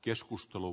keskustelu